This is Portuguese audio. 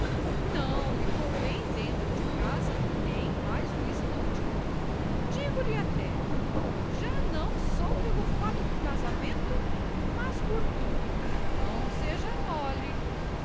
não lhe convém dentro de casa nem mais um instante digo-lhe até já não só pelo fato do casamento mas por tudo não seja mole